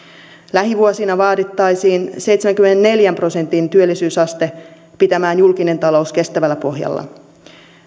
lähivuosina vaadittaisiin seitsemänkymmenenneljän prosentin työllisyysaste pitämään julkinen talous kestävällä pohjalla